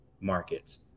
markets